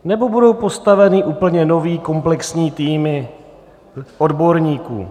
Nebo budou postavené úplně nové komplexní týmy odborníků?